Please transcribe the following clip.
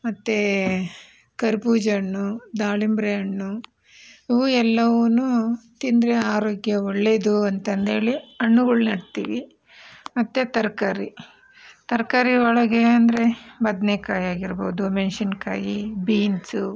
ಮತ್ತೆ ಕರ್ಬೂಜ ಹಣ್ಣು ದಾಳಿಂಬ್ರೆ ಹಣ್ಣು ಇವು ಎಲ್ಲವೂನೂ ತಿಂದರೆ ಆರೋಗ್ಯ ಒಳ್ಳೆಯದು ಅಂತ ಹೇಳಿ ಹಣ್ಣುಗಳನ್ನು ನೆಡ್ತೀವಿ ಮತ್ತೆ ತರಕಾರಿ ತರಕಾರಿ ಒಳಗೆ ಅಂದರೆ ಬದನೇಕಾಯಿ ಆಗಿರ್ಬೋದು ಮೆಣಸಿನ ಕಾಯಿ ಬೀನ್ಸು